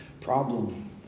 problem